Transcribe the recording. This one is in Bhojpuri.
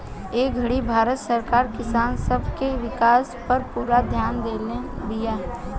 ए घड़ी भारत सरकार किसान सब के विकास पर पूरा ध्यान देले बिया